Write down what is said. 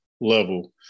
level